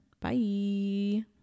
Bye